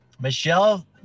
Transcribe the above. Michelle